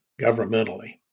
governmentally